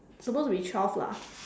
supposed to be twelve lah